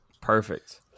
Perfect